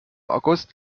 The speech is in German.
august